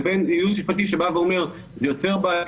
לבין ייעוץ משפטי שבא ואומר: זה יוצר בעיה,